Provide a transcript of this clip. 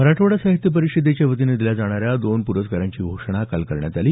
मराठवाडा साहित्य परिषदेच्या वतीनं दिल्या जाणाऱ्या दोन प्रस्कारांची घोषणा काल करण्यात आली